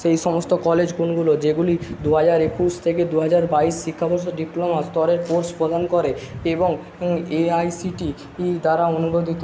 সেই সমস্ত কলেজ কোনগুলো যেগুলি দু হাজার একুশ থেকে দু হাজার বাইশ শিক্ষাবর্ষে ডিপ্লোমা স্তরের কোর্স প্রদান করে বং এআইসিটিই দ্বারা অনুমোদিত